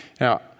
Now